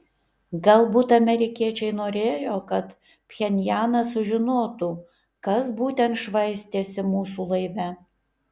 galbūt amerikiečiai norėjo kad pchenjanas sužinotų kas būtent švaistėsi mūsų laive